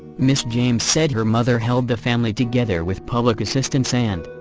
ms. james said her mother held the family together with public assistance and,